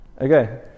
Okay